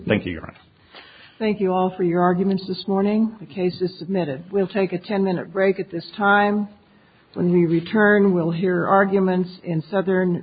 thank you thank you all for your arguments this morning case in that it will take a ten minute break at this time when we return we'll hear arguments in southern